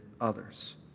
others